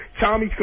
Tommy